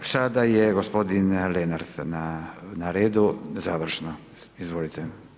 Sada je gospodin Lenart na redu, završno, izvolite.